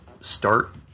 start